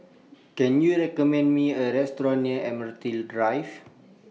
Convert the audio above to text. Can YOU recommend Me A Restaurant near Admiralty Drive